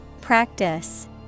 Practice